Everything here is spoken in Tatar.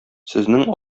сезнең